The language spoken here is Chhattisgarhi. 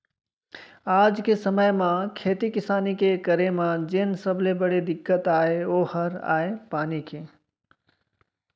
आज के समे म खेती किसानी के करे म जेन सबले बड़े दिक्कत अय ओ हर अय पानी के